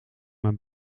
mijn